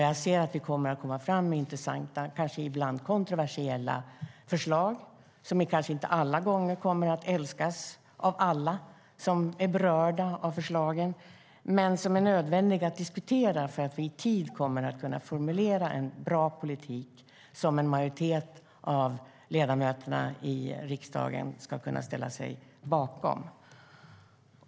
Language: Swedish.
Jag ser att vi kommer att komma fram med intressanta, och ibland kanske kontroversiella, förslag som kanske inte alla gånger kommer att älskas av alla som är berörda av förslagen men som är nödvändiga att diskutera för att vi i tid ska kunna formulera en bra politik som en majoritet av ledamöterna i riksdagen ska kunna ställa sig bakom.